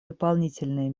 дополнительные